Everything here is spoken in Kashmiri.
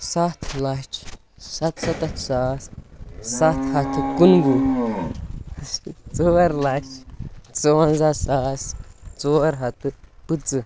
سَتھ لَچھ سَتسَتَتھ ساس سَتھ ہَتھ کُنوُہ ژوٗر لَچھ ژُوَنٛزَہ ساس ژوٗر ہَتھ تہٕ پٕنٛژٕہ